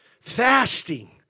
Fasting